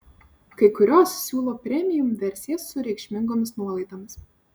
kai kurios siūlo premium versijas su reikšmingomis nuolaidomis